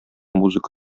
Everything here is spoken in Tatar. музыка